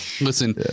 Listen